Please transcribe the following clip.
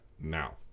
now